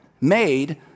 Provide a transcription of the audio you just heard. made